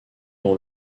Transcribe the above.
dont